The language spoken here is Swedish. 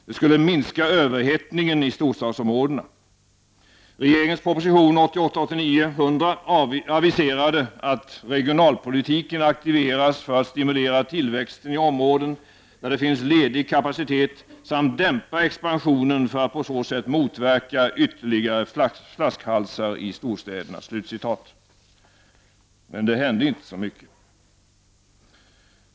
Det skulle minska överhettningen i storstadsområdena.” I regeringens proposition 1988/89:100 aviserades att ”regionalpolitiken aktiveras för att stimulera tillväxten i områden där det finns ledig kapacitet samt dämpa expansionen för att på så sätt motverka ytterligare flaskhalsar i storstäderna”. Men det hände inte så mycket.